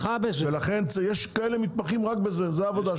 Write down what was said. יש כאלה שמתמחים רק בזה, זו העבודה שלהם.